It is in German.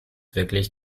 wirklich